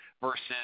versus